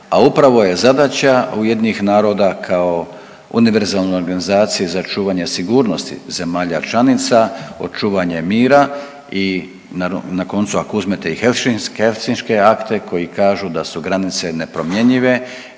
a upravo je zadaća UN-a kao univerzalne organizacije za čuvanje sigurnosti zemalja članica očuvanje mira i na koncu ako uzmete i helsinške akte koji kažu da su granice nepromjenjive